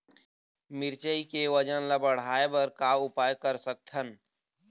मिरचई के वजन ला बढ़ाएं बर का उपाय कर सकथन?